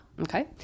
Okay